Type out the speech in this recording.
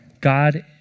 God